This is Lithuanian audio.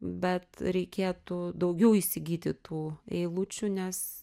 bet reikėtų daugiau įsigyti tų eilučių nes